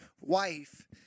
wife